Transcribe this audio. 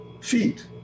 feet